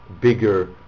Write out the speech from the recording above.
bigger